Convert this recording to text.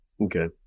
okay